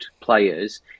players